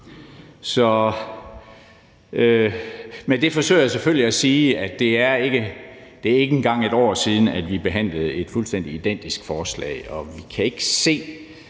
Med det forsøger jeg selvfølgelig at sige, at det ikke engang er et år siden, at vi behandlede et fuldstændig identisk forslag, og vi kan ikke se